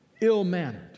Ill-mannered